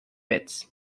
bits